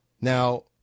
Now